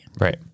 right